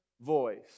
voice